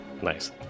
nice